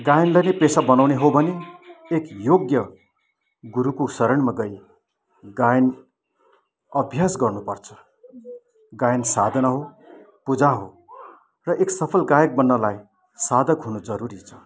गायनलाई नै पेसा बनाउने हो भने एक योग्य गुरुको शरणमा गई गायन अभ्यास गर्नुपर्छ गायन साधना हो पूजा हो र एक सफल गायक बन्नलाई साधक हुनु जरुरी छ